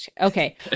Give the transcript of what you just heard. Okay